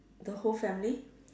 the whole family